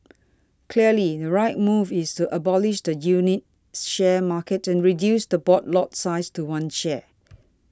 clearly the right move is to abolish the unit share market and reduce the board lot size to one share